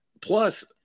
Plus